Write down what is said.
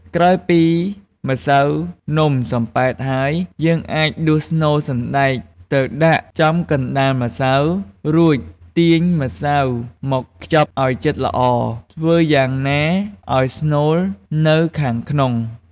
ក្រោយពីម្សៅនំសំប៉ែតហើយ យើងអាចដួសស្នូលសណ្ដែកទៅដាក់ចំកណ្ដាលម្សៅ រួចទាញម្សៅមកខ្ចប់ឲ្យជិតល្អ ធ្វើយ៉ាងណាឲ្យស្នូលនៅខាងក្នុង។